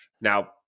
Now